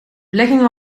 beleggingen